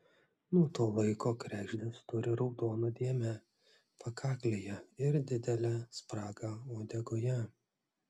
nuo to laiko kregždės turi raudoną dėmę pakaklėje ir didelę spragą uodegoje